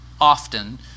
often